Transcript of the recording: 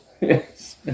Yes